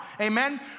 Amen